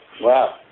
Wow